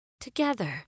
together